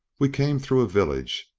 we came through a village,